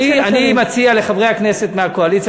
אני מציע לחברי הכנסת מהקואליציה